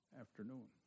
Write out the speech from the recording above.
afternoon